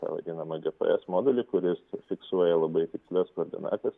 tą vadinamą gps modulį kuris fiksuoja labai tikslias koordinates